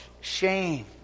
shame